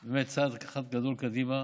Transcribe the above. זה באמת צעד אחד גדול קדימה.